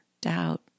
doubt